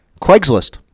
Craigslist